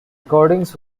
recordings